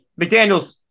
McDaniels